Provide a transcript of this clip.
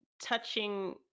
touching